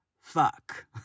fuck